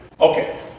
Okay